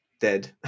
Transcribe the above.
dead